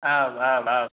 आम् आम् आम्